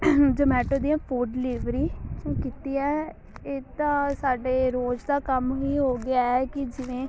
ਜਮੈਟੋ ਦੀਆਂ food delivery ਕੀਤੀ ਹੈ ਇਹ ਤਾਂ ਸਾਡੇ ਰੋਜ਼ ਦਾ ਕੰਮ ਹੀ ਹੋ ਗਿਆ ਹੈ ਕਿ ਜਿਵੇਂ